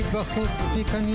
אין שר.